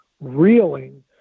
reeling